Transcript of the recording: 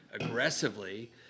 aggressively